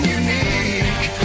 unique